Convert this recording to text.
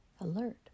alert